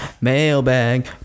mailbag